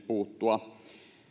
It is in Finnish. puuttua